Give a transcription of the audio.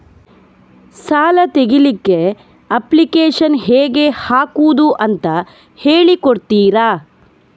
ಸಾಲ ತೆಗಿಲಿಕ್ಕೆ ಅಪ್ಲಿಕೇಶನ್ ಹೇಗೆ ಹಾಕುದು ಅಂತ ಹೇಳಿಕೊಡ್ತೀರಾ?